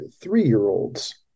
three-year-olds